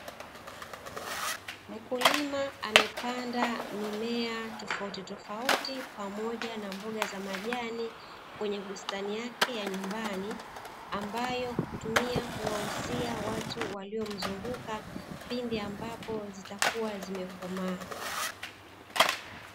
Mkulima amepanda mimea tofautitofauti pamoja na mboga za majani kwenye bustani yake ya nyumbani, ambayo hutumia kuwauzia watu wanaomzunguka pindi ambapo zitakuwa zimekomaa.